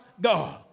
God